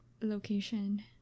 location